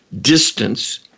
distance